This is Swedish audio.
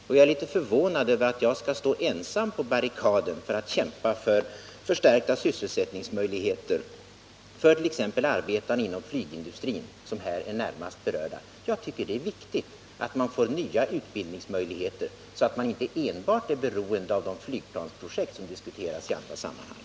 Det förvånar mig en smula att jag skall stå ensam på barrikaden för att kämpa för förstärkta sysselsättningsmöjligheter för t.ex. arbetarna inom flygindustrin, som här är närmast berörda. Jag tycker det är viktigt att man får nya utbildningsmöjligheter så att man inte är beroende enbart av de flygplansprojekt som diskuterats i andra sammanhang.